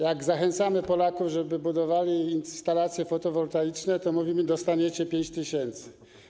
Jak zachęcali Polaków, żeby budowali instalacje fotowoltaiczne, to mówili: dostaniecie 5 tys.